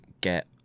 get